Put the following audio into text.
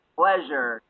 pleasure